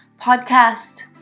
podcast